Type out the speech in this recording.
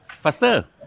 Faster